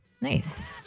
Nice